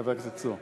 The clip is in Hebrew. חבר הכנסת צור.